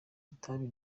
itabi